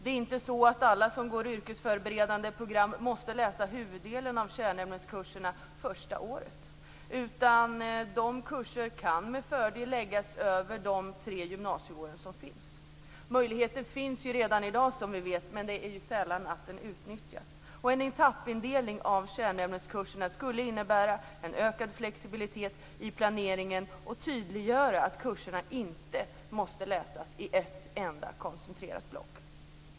Det är inte så att alla som går yrkesförberedande program måste läsa huvuddelen av kärnämneskurserna första året, utan de kurserna kan med fördel förläggas över de tre gymnasieår som finns. Den möjligheten finns ju redan i dag men det är sällan som den utnyttjas. En etappindelning av kärnämneskurserna skulle innebära ökad flexibilitet i planeringen och tydliggöra att kurserna inte måste läsas i ett enda koncentrerat block.